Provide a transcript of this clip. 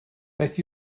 beth